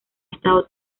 estado